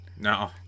No